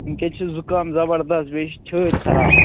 وُِنکٮ۪س چھُ زُکام زبردس بیٚیہِ چھِ چھٲتۍ خراب